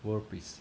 world peace